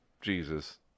Jesus